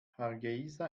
hargeysa